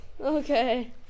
Okay